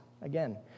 Again